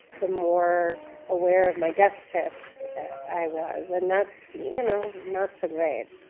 the more aware of my deficits i was and that, you know not so great.